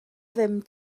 ddim